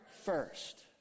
first